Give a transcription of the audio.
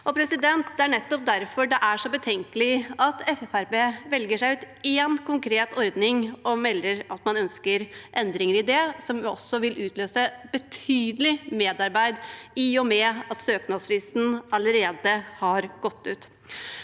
Det er nettopp derfor det er så betenkelig at Fremskrittspartiet velger seg ut en konkret ordning og melder at man ønsker endringer i det som jo også vil utløse betydelig merarbeid, i og med at søknadsfristen allerede har gått ut.